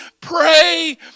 Pray